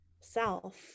self